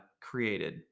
created